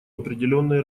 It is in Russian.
определенные